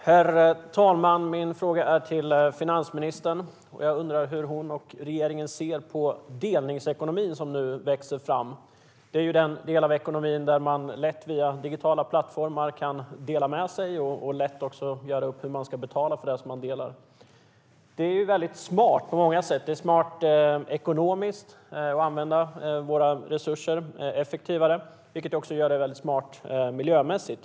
Herr talman! Min fråga går till finansministern. Jag undrar hur hon och regeringen ser på delningsekonomin, som nu växer fram. Det är den del av ekonomin där man lätt via digitala plattformar kan dela med sig och göra upp hur man ska betala för det man delar med sig av. Det är smart på många sätt. Det är ekonomiskt smart att använda våra resurser effektivare, och det är även väldigt smart miljömässigt.